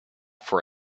for